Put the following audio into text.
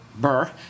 Burr